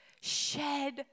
shed